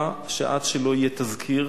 שעד שלא יהיה תזכיר